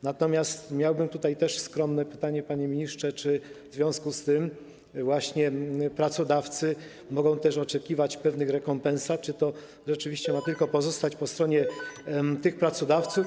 Natomiast miałbym tutaj też skromne pytanie: Panie ministrze, czy w związku z tym pracodawcy mogą też oczekiwać pewnych rekompensat czy to rzeczywiście ma pozostać tylko po stronie pracodawców?